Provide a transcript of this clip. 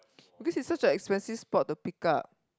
because it's such an expensive sport to pick up